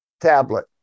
tablet